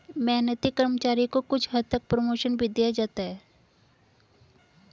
मेहनती कर्मचारी को कुछ हद तक प्रमोशन भी दिया जाता है